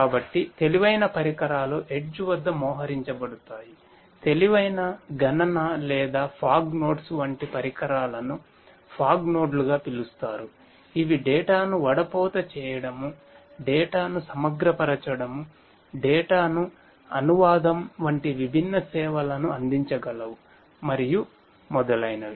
కాబట్టి తెలివైన పరికరాలు ఎడ్జ్ ను అనువాదం వంటి విభిన్న సేవలను అందించగలవు మరియు మొదలైనవి